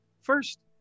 First